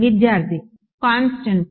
విద్యార్థి కాన్స్టెంట్స్